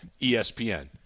ESPN